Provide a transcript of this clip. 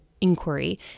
inquiry